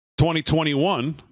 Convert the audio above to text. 2021